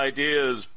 Ideas